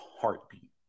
heartbeat